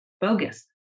bogus